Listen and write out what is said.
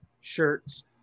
shirts